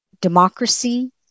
democracy